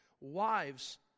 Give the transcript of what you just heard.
wives